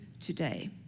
today